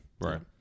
Right